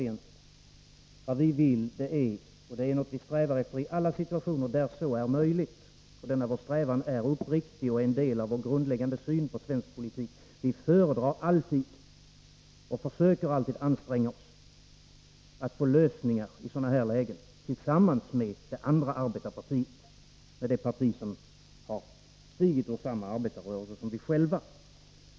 Vi föredrar alltid och försöker att anstränga oss — det är något som vi strävar efter i alla situationer där så är möjligt, och denna vår strävan är uppriktig och en del av vår grundsyn på svensk politik — att nå lösningar i sådana här lägen tillsammans med det andra arbetarpartiet, det parti som har stigit ur samma arbetarrörelse som vi själva.